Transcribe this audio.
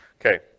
Okay